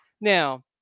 Now